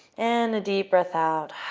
and a deep breath out.